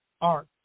art